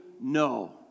no